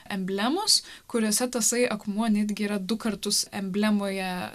emblemos kuriuose tasai akmuo netgi yra du kartus emblemoje